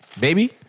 baby